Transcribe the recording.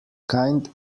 kind